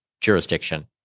jurisdiction